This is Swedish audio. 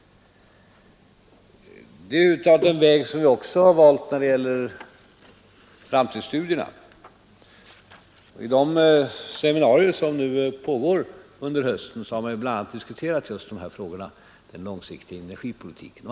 Det är en väg som vi också har valt när det gäller framtidsstudierna, och i de seminarier som pågår nu under hösten har man bl.a. diskuterat just den långsiktiga energipolitiken.